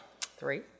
three